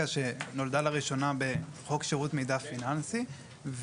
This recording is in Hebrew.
שנולדה לראשונה בחוק שירות מידע פיננסי,